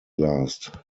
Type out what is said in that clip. last